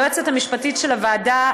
היועצת המשפטית של הוועדה,